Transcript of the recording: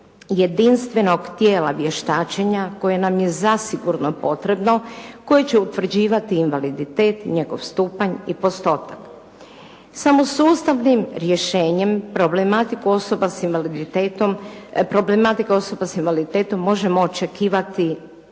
jedinstvenog tijela vještačenja koje nam je zasigurno potrebno, koji će utvrđivati invaliditet, njegov stupanj i postotak. Samo sustavnim rješenjem problematiku osoba s invaliditetom možemo očekivati